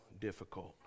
difficult